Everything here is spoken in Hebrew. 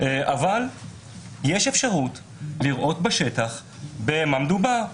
אבל יש אפשרות לראות בשטח במה מדובר.